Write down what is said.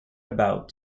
about